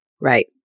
Right